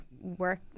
work